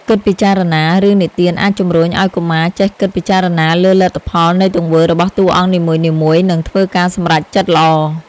គិតពិចារណា រឿងនិទានអាចជំរុញឱ្យកុមារចេះគិតពិចារណាលើលទ្ធផលនៃទង្វើរបស់តួអង្គនីមួយៗ និងធ្វើការសម្រេចចិត្តល្អ។